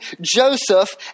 Joseph